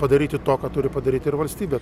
padaryti to ką turi padaryt ir valstybė